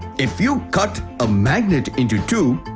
if you cut a magnet into two,